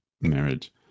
marriage